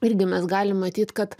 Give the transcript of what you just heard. irgi mes galim matyt kad